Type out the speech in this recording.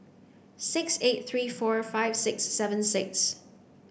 six eight three four five six seven six